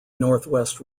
northwest